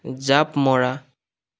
জাপ মৰা